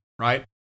right